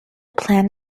plan